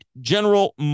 General